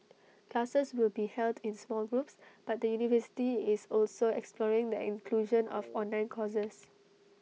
classes will be held in small groups but the university is also exploring the inclusion of online courses